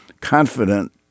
confident